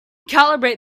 calibrate